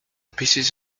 pieces